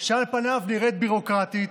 שעל פניו נראית ביורוקרטית,